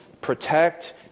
protect